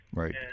right